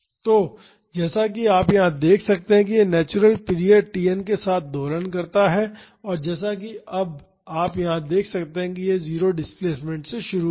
तो जैसा कि आप यहां देख सकते हैं कि यह नेचुरल पीरियड Tn के साथ दोलन करता है और जैसा कि आप यहां देख सकते हैं कि यह 0 डिस्प्लेसमेंट से शुरू होता है